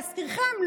להזכירכם,